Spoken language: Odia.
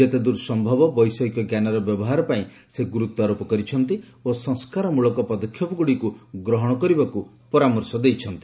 ଯେତେଦ୍ର ସମ୍ଭବ ବୈଷୟିକଜ୍ଞାନର ବ୍ୟବହାର ପାଇଁ ସେ ଗୁରୁତ୍ୱାରୋପ କରିଛନ୍ତି ଓ ସଂସ୍କାରମଳକ ପଦକ୍ଷେପଗୁଡ଼ିକୁ ଗ୍ରହଣ କରିବାକୁ ପରାମର୍ଶ ଦେଇଛନ୍ତି